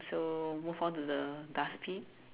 so move on to the dustbin